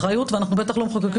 לי אישית בלי קשר,